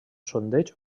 sondeig